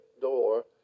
door